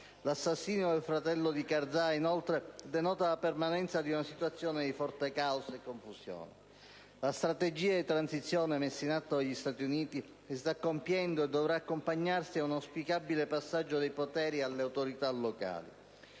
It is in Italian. L'assassinio del fratello di Karzai, inoltre, denota la permanenza di una situazione di forte caos e confusione. La strategia di transizione messa in atto dagli Stati Uniti si sta compiendo e dovrà accompagnarsi ad un auspicabile passaggio dei poteri alle autorità locali.